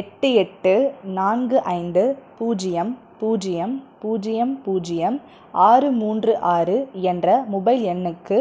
எட்டு எட்டு நான்கு ஐந்து பூஜ்ஜியம் பூஜ்ஜியம் பூஜ்ஜியம் பூஜ்ஜியம் ஆறு மூன்று ஆறு என்ற மொபைல் எண்ணுக்கு